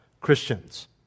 Christians